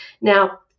Now